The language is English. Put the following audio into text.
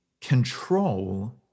control